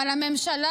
אבל הממשלה